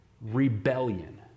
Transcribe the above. Rebellion